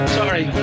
sorry